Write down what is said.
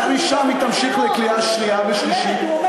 ומשם היא תמשיך לקריאה שנייה ושלישית,